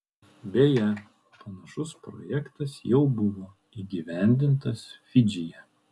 beje panašus projektas jau buvo įgyvendintas fidžyje